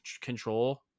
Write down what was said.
control